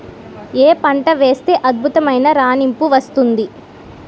ఏ పంట వేస్తే అద్భుతమైన రాణింపు వస్తుంది?